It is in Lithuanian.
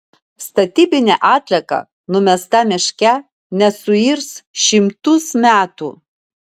statybinė atlieka numesta miške nesuirs šimtus metų